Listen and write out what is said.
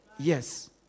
Yes